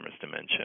dementia